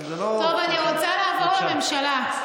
טוב, אני רוצה לעבור לממשלה.